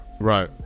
Right